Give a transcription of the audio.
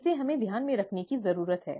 इसे हमें ध्यान में रखने की जरूरत है